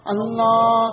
Allah